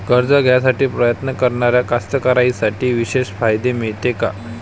कर्ज घ्यासाठी प्रयत्न करणाऱ्या कास्तकाराइसाठी विशेष फायदे मिळते का?